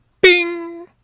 Bing